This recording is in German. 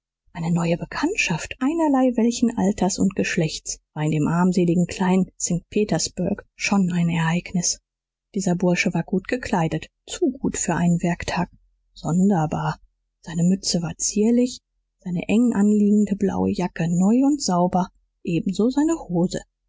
eine neue bekanntschaft einerlei welchen alters und geschlechts war in dem armseligen kleinen st petersburg schon ein ereignis dieser bursche war gut gekleidet zu gut für einen werktag sonderbar seine mütze war zierlich seine enganliegende blaue jacke neu und sauber ebenso seine hose